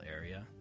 area